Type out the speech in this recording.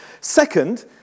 Second